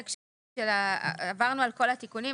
עברנו על התיקונים,